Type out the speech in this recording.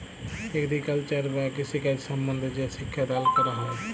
agriculture বা কৃষিকাজ সম্বন্ধে যে শিক্ষা দাল ক্যরা হ্যয়